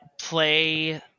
play